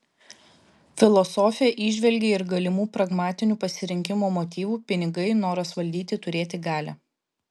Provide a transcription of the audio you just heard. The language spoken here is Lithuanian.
filosofė įžvelgė ir galimų pragmatinių pasirinkimo motyvų pinigai noras valdyti turėti galią